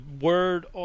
word